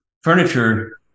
Furniture